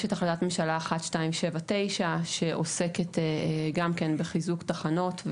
יש החלטת ממשלה 1279 שעוסקת גם כן בחיזוק תחנות,